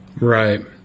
right